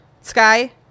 Sky